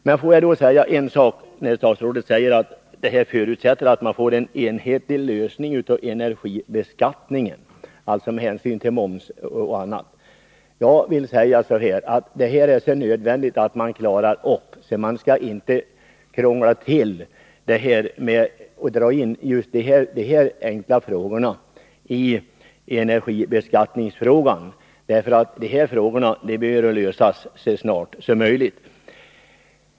Men när statsrådet säger att detta förutsätter att man får en enhetlig lösning av energibeskattningen med hänsyn till moms och annat, vill jag framhålla att även om det är nödvändigt att man klarar upp detta, skall man inte krångla till det hela och dra in just de här enkla sakerna i frågan om energibeskattningen. De här frågorna behöver lösas så snart som möjligt.